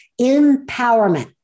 empowerment